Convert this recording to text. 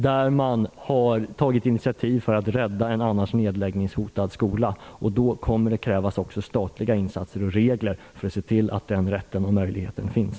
Där har man tagit initiativ för att rädda en annars nedläggningshotad skola. Då kommer det också att krävas statliga insatser och regler som ser till att den rätten och möjligheten finns.